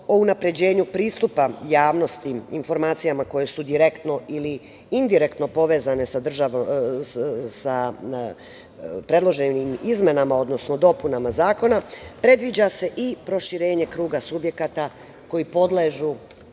o unapređenju pristupa javnosti informacijama koje su direktno ili indirektno povezane sa predloženim izmenama, odnosno, dopunama zakona, predviđa se i proširenje kruga subjekata koji podležu